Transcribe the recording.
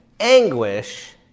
anguish